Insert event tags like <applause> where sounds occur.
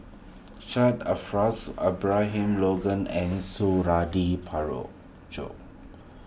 Syed <unintelligible> Abraham Logan and Suradi <unintelligible>